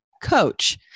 Coach